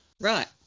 Right